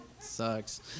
sucks